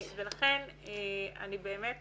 ולכן אני באמת